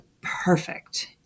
perfect